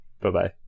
Bye-bye